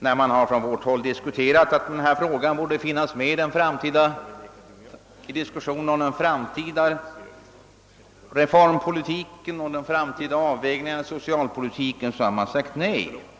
När man från vårt håll ansett att den frågan borde finnas med i diskussionen om den framtida reformpolitiken och den framtida avvägningen av socialpolitiken har man sagt nej.